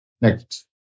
Next